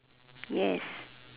yes